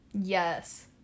Yes